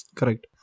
correct